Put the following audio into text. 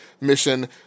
mission